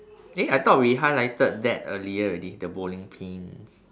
eh I thought we highlighted that earlier already the bowling pins